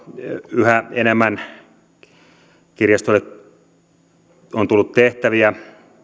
yhä enemmän kirjastoille on tullut tehtäviä